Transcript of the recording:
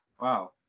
wow